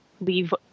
leave